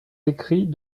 écrits